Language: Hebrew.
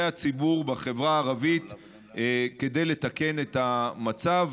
הציבור בחברה הערבית כדי לתקן את המצב.